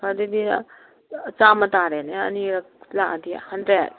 ꯑꯗꯨꯗꯤ ꯆꯥꯝꯃ ꯇꯥꯔꯦꯅꯦ ꯑꯅꯤꯔꯛ ꯂꯥꯛꯑꯗꯤ ꯍꯟꯗ꯭ꯔꯦꯠ